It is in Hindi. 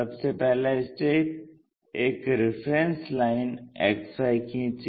सबसे पहला स्टेप एक रिफरेन्स लाइन XY खींचिए